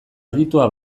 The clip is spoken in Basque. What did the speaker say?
aditua